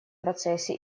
процессе